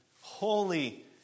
Holy